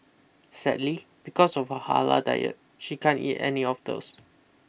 sadly because of her halal diet she can't eat any of those